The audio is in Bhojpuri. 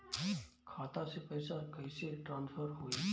खाता से पैसा कईसे ट्रासर्फर होई?